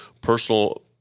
personal